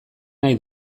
nahi